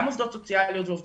גם עובדים סוציאליים,